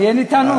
אין לי טענות.